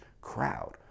crowd